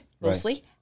mostly